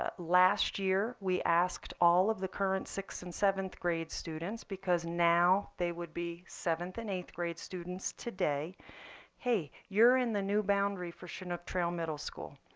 ah last year, we asked all of the current sixth and seventh grade students because now they would be seventh and eighth grade students today hey, you're in the new boundary for chinook trail middle school.